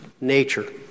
nature